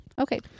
okay